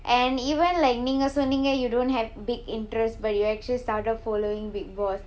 and even like நீங்க சொன்னீங்க:neenga soneenga you don't have big interest but you actually started following bigg boss